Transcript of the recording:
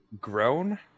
grown